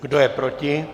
Kdo je proti?